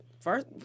first